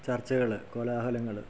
ചർച്ചകൾ കോലാഹലങ്ങൾ